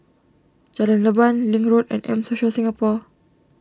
Jalan Leban Link Road and M Social Singapore